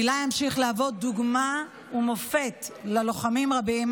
עילי המשיך להוות דוגמה ומופת ללוחמים רבים,